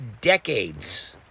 decades